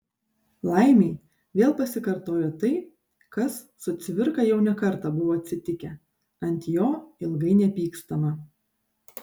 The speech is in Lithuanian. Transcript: laimei vėl pasikartojo tai kas su cvirka jau ne kartą buvo atsitikę ant jo ilgai nepykstama